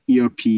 ERP